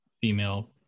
female